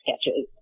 sketches